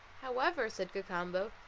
however, said cacambo,